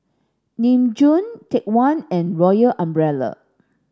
Nin Jiom Take One and Royal Umbrella